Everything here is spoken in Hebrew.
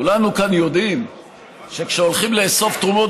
כולנו כאן יודעים שכשהולכים לאסוף תרומות